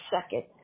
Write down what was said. second